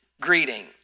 greeting